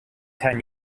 ten